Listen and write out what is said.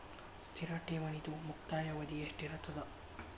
ಸ್ಥಿರ ಠೇವಣಿದು ಮುಕ್ತಾಯ ಅವಧಿ ಎಷ್ಟಿರತದ?